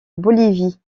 bolivie